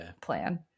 plan